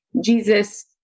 Jesus